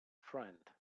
friend